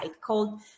called